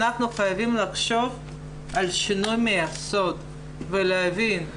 אנחנו חייבים לחשוב על שינוי מהיסוד ולהבין,